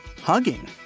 Hugging